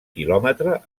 quilòmetre